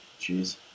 Jeez